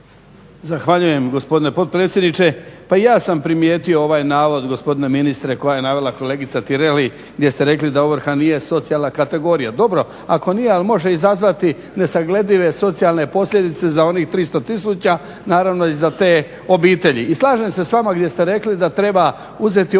Zahvaljujem gospodine potpredsjedniče. Pa i ja sam primijetio ovaj navod gospodine ministre koji je navela kolegica Tireli gdje ste rekli da ovrha nije socijalna kategorija. Dobro ako nije, ali može izazvati nesagledive socijalne posljedice za onih 300 000, naravno i za te obitelji. I slažem se s vama gdje ste rekli da treba uzeti u